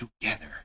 together